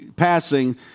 Passing